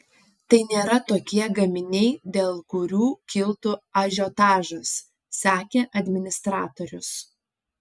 tai nėra tokie gaminiai dėl kurių kiltų ažiotažas sakė administratorius